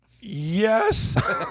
Yes